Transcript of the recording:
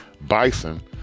Bison